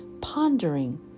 pondering